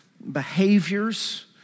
behaviors